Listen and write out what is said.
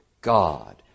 God